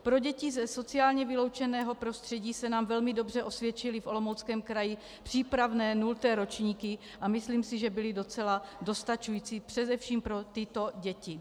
Pro děti ze sociálně vyloučeného prostředí se nám velmi dobře osvědčily v Olomouckém kraji přípravné nulté ročníky a myslím si, že byly docela dostačující především pro tyto děti.